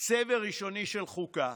צבר ראשוני של חוקה.